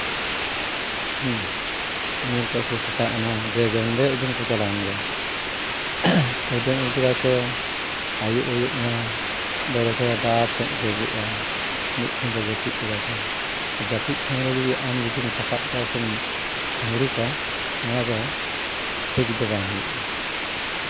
ᱛᱚᱢ ᱧᱮᱞ ᱠᱚᱣᱟ ᱥᱮ ᱥᱮᱛᱟᱜ ᱮᱱᱟ ᱡᱮ ᱡᱮᱢᱚᱱ ᱫᱮ ᱩᱫᱩᱢ ᱠᱚ ᱪᱟᱞᱟᱣᱮᱱ ᱜᱮ ᱩᱫᱩᱢ ᱟᱹᱜᱩ ᱠᱮᱫᱟ ᱠᱚ ᱟᱭᱩᱵ ᱟ ᱩᱵ ᱮᱱᱟ ᱵᱮᱲᱮ ᱪᱮᱦᱨᱟ ᱥᱟᱺᱦᱤᱡ ᱠᱚ ᱦᱤᱡᱩᱜᱼᱟ ᱢᱤᱫᱴᱷᱮᱱ ᱠᱚ ᱡᱟᱹᱯᱤᱫ ᱠᱮᱫᱟ ᱠᱚ ᱡᱟᱹᱯᱤᱫ ᱴᱷᱟᱶ ᱨᱮ ᱟᱢ ᱡᱩᱫᱤᱢ ᱪᱟᱯᱟᱫ ᱠᱚᱣᱟ ᱥᱮᱢ ᱯᱷᱟᱵᱽᱲᱤ ᱠᱚᱣᱟ ᱚᱱᱟ ᱫᱚ ᱴᱷᱤᱠ ᱫᱚ ᱵᱟᱝ ᱦᱩᱭᱩᱜᱼᱟ